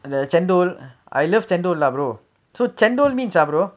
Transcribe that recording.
the chendol I love chendol lah brother so chendol mean ah brother